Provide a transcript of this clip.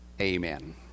Amen